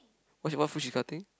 what food she cutting